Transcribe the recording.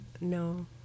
No